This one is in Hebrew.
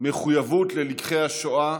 מחויבות ללקחי השואה